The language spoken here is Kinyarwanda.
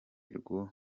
rwo